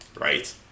right